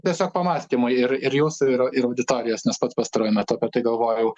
tiesiog pamąstymui ir ir jūsų ir ir auditorijos nes pats pastaruoju metu apie tai galvojau